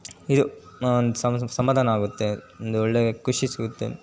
ಇದು ಒಂದು ಸಮ್ ಸಮಾಧಾನ ಆಗುತ್ತೆ ಒಂದೊಳ್ಳೆಯ ಖುಷಿ ಸಿಗುತ್ತೆ